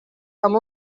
amb